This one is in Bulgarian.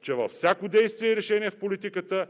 че във всяко действие и решение в политиката